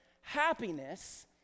happiness